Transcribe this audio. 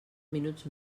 minuts